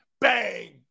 Bang